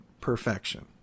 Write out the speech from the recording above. perfection